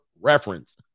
reference